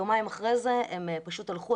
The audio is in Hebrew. יומיים אחרי זה הם פשוט הלכו,